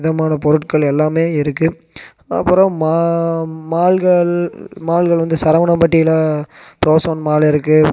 விதமான பொருட்கள் எல்லாமே இருக்குது அப்புறம் மா மால்கள் மால்கள் வந்து சரவணாப்பட்டியில் புரோஷோன் மால் இருக்குது